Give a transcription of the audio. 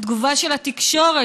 התגובה של התקשורת,